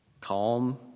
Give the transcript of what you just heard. calm